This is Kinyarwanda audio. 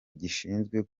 gishinzwe